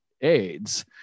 AIDS